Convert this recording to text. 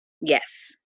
Yes